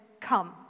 Come